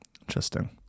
Interesting